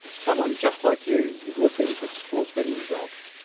someone just like you is listening to the sports betting results.